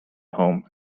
home